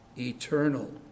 eternal